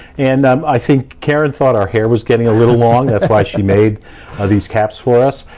and i think karen thought our hair was getting a little long. that's why she made ah these caps for us.